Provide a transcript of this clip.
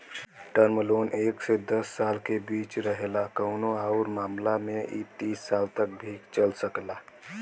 term loan एक से दस साल के बीच रहेला कउनो आउर मामला में इ तीस साल तक भी चल सकला